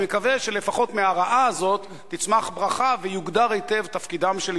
אני מקווה שלפחות מהרעה הזו תצמח ברכה ויוגדר היטב תפקידם של